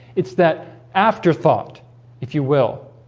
it's that afterthought if you will